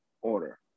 order